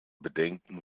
bedenken